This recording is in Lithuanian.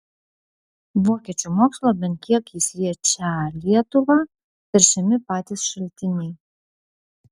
vokiečių mokslo bent kiek jis liečią lietuvą teršiami patys šaltiniai